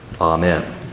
Amen